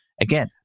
again